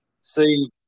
See